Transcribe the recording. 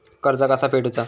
कर्ज कसा फेडुचा?